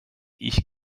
ich